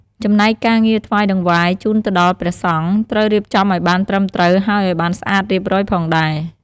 ចំណែកការការថ្វាយតង្វាយជូនទៅដល់ព្រះសង្ឃត្រូវរៀបចំអោយបានត្រឺមត្រូវហើយអោយានស្អាតរៀបរយផងដែរ។